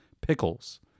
Pickles